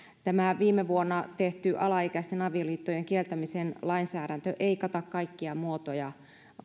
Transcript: viime vuonna tehty alaikäisten avioliittojen kieltämisen lainsäädäntö ei kata kaikkia muotoja